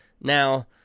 Now